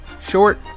short